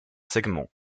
segment